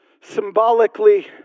Symbolically